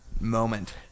moment